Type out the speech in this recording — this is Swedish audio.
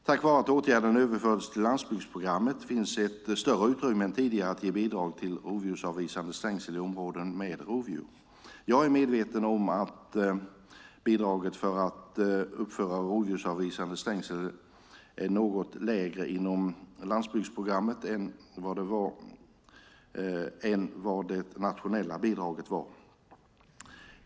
Tack vare att åtgärden överfördes till landsbygdsprogrammet finns ett större utrymme än tidigare för att ge bidrag till rovdjursavvisande stängsel i områden med rovdjur. Jag är medveten om att bidraget för att uppföra rovdjursavvisande stängsel är något lägre inom landsbygdsprogrammet än vad det nationella bidraget var.